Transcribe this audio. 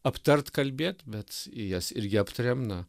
aptart kalbėt bet į jas irgi aptarėm na